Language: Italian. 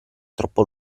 troppo